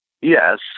Yes